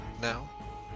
now